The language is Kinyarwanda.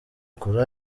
kuri